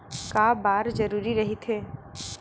का बार जरूरी रहि थे?